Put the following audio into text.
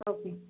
okay